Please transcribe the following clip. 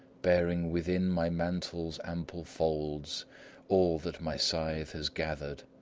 bearing within my mantle's ample folds all that my scythe has gathered.